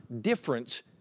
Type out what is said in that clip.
difference